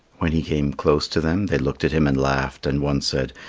when he came close to them, they looked at him and laughed, and one said,